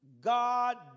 God